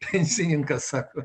finansininkas apie